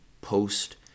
post